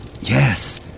Yes